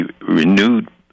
renewed